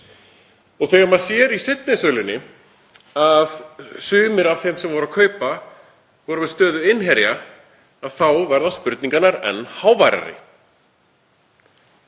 Þegar maður sér í seinni sölunni að sumir af þeim sem keyptu voru með stöðu innherja þá verða spurningarnar enn háværari.